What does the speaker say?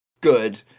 good